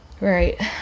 Right